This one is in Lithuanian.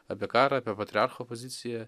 apie karą apie patriarcho poziciją